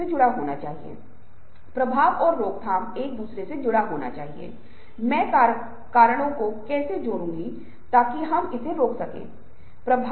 यहाँ आप जो देख सकते हैं वह पहली उँगलियाँ है यह दूसरी तीसरी और चौथी उँगलियाँ यहाँ पर मुड़ी हुई हैं और यह पानी से निकलने वाला अंगूठा है